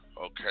okay